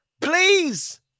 Please